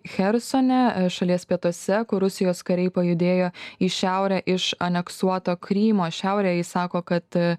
chersone šalies pietuose kur rusijos kariai pajudėjo į šiaurę iš aneksuoto krymo šiaurėje jis sako kad